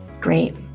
Great